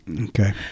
Okay